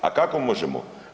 A kako možemo?